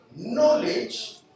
knowledge